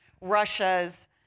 Russia's